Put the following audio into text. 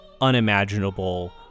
unimaginable